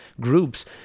groups